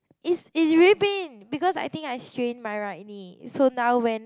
it's it's really pain because I think I strain my right knee so now when